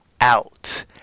out